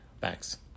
Thanks